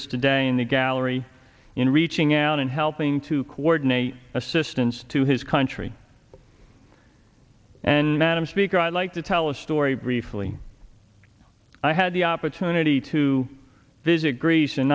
us today in the gallery in reaching out and helping to coordinate assistance to his country and madam speaker i'd like to tell a story briefly i had the opportunity to visit greece in